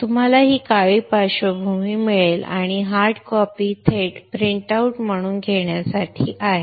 तुम्हाला ही काळी पार्श्वभूमी मिळेल आणि हार्ड कॉपी थेट प्रिंट आउट म्हणून घेण्यासाठी आहे